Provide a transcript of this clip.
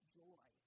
joy